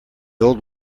old